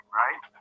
right